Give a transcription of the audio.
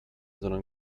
sondern